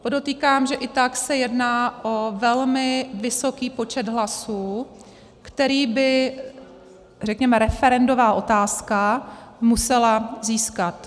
Podotýkám, že i tak se jedná o velmi vysoký počet hlasů, který by, řekněme, referendová otázka musela získat.